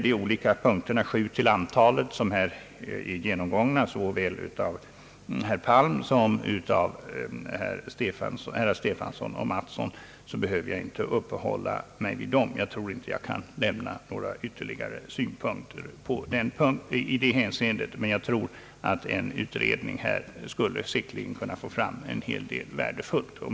De olika punkterna, sju till antalet, som blivit genomgångna av såväl herr Palm som herrar Stefanson och Mattsson, behöver jag inte uppehålla mig vid. Jag tror inte jag kan framföra några ytterligare synpunkter i det hänseendet, men jag tror att en utredning säkerligen skulle kunna få fram en hel del värdefullt material.